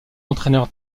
entraîneur